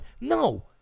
No